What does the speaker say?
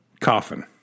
Coffin